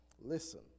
Listen